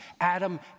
Adam